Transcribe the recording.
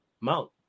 Mount